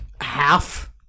half